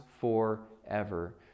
forever